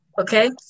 okay